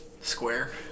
Square